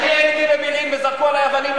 אני הייתי בבילעין וזרקו עלי אבנים.